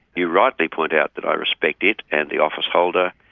you rightly point out that i respect it and the office holder.